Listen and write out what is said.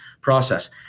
process